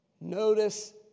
Notice